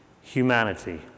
humanity